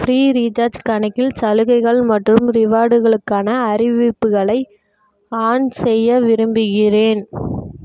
free recharge கணக்கில் சலுகைகள் மற்றும் ரிவார்டுகளுக்கான அறிவிப்புகளை ஆன் செய்ய விரும்புகிறேன்